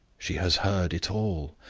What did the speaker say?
she has heard it all.